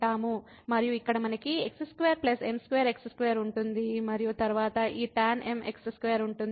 మరియు ఇక్కడ మనకు x2 m2x2 ఉంటుంది మరియు తరువాత ఈ tan m x2 ఉంటుంది